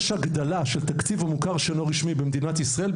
יש הגדלה של תקציב המוכר שאינו רשמי במדינת ישראל,